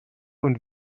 und